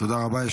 תודה רבה.